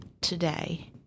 today